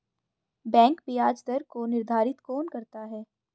Bank ब्याज दर को निर्धारित कौन करता है?